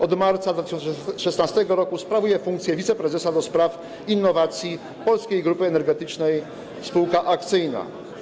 Od marca 2016 r. sprawuje funkcję wiceprezesa do spraw innowacji w Polskiej Grupie Energetycznej Spółka Akcyjna.